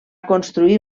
construir